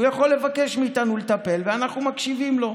הוא יכול לבקש מאיתנו לטפל, ואנחנו מקשיבים לו.